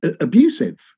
abusive